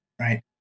right